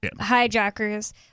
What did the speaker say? hijackers